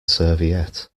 serviette